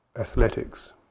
athletics